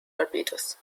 barbados